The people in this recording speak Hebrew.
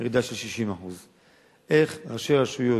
ירידה של 60%. איך ראשי רשויות,